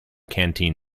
canteen